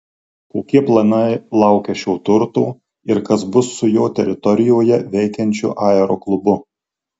kokie planai laukia šio turto ir kas bus su jo teritorijoje veikiančiu aeroklubu